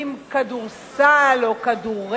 עם כדורסל או עם כדורגל,